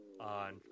on